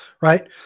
right